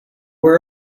where